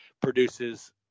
produces